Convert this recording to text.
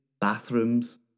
bathrooms